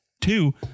Two